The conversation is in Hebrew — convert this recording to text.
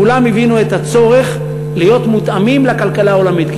כולם הבינו את הצורך להיות מותאמים לכלכלה העולמית.